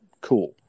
cool